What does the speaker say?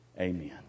Amen